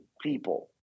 people